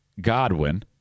Godwin